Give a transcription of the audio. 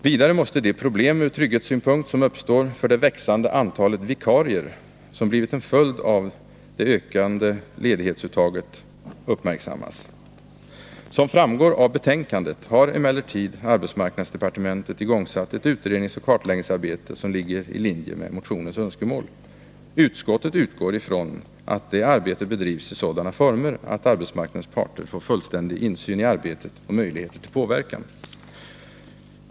Vidare måste de problem ur trygghetssynpunkt som uppstår för det växande antal vikarier som blivit en följd av det ökande ledighetsuttaget uppmärksammas. Som framgår av betänkandet har emellertid arbetsmarknadsdepartementet igångsatt ett utredningsoch kartläggningsarbete som ligger i linje med motionens önskemål. Utskottet utgår från att det arbetet bedrivs i sådana former att arbetsmarknadens parter får fullständig insyn i arbetet och möjligheter till påverkan.